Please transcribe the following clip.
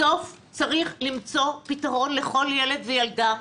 בסוף צריך למצוא פתרון לכל ילד וילדה,